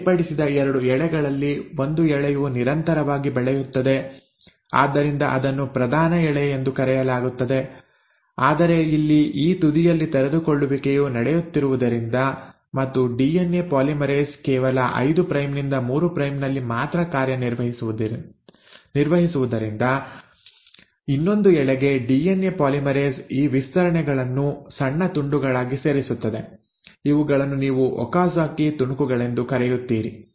ಬೇರ್ಪಡಿಸಿದ 2 ಎಳೆಗಳಲ್ಲಿ ಒಂದು ಎಳೆಯು ನಿರಂತರವಾಗಿ ಬೆಳೆಯುತ್ತದೆ ಆದ್ದರಿಂದ ಅದನ್ನು ಪ್ರಧಾನ ಎಳೆ ಎಂದು ಕರೆಯಲಾಗುತ್ತದೆ ಆದರೆ ಇಲ್ಲಿ ಈ ತುದಿಯಲ್ಲಿ ತೆರೆದುಕೊಳ್ಳುವಿಕೆಯು ನಡೆಯುತ್ತಿರುವುದರಿಂದ ಮತ್ತು ಡಿಎನ್ಎ ಪಾಲಿಮರೇಸ್ ಕೇವಲ 5 ಪ್ರೈಮ್ ನಿಂದ 3 ಪ್ರೈಮ್ ನಲ್ಲಿ ಮಾತ್ರ ಕಾರ್ಯನಿರ್ವಹಿಸುವುದರಿಂದ ಇನ್ನೊಂದು ಎಳೆಗೆ ಡಿಎನ್ಎ ಪಾಲಿಮರೇಸ್ ಈ ವಿಸ್ತರಣೆಗಳನ್ನು ಸಣ್ಣ ತುಂಡುಗಳಾಗಿ ಸೇರಿಸುತ್ತದೆ ಇವುಗಳನ್ನು ನೀವು ಒಕಾಜಾ಼ಕಿ ತುಣುಕುಗಳೆಂದು ಕರೆಯುತ್ತೀರಿ